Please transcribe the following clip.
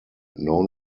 known